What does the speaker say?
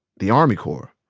the army corps.